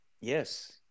Yes